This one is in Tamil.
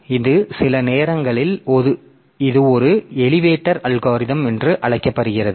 எனவே இது சில நேரங்களில் இது ஒரு எளிவேட்டர் அல்காரிதம் என்று அழைக்கப்படுகிறது